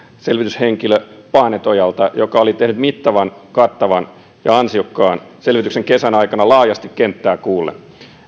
selvityshenkilö paanetojalta joka oli tehnyt mittavan kattavan ja ansiokkaan selvityksen kesän aikana laajasti kenttää kuullen